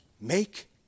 make